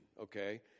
okay